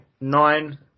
Nine